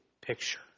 picture